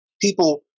people